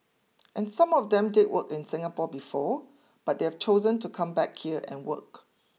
and some of them did work in Singapore before but they've chosen to come back here and work